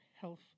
health